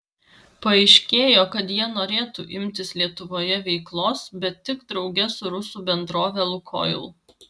paaiškėjo kad jie norėtų imtis lietuvoje veiklos bet tik drauge su rusų bendrove lukoil